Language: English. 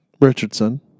Richardson